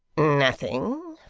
nothing,